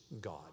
God